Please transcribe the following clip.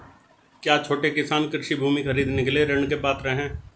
क्या छोटे किसान कृषि भूमि खरीदने के लिए ऋण के पात्र हैं?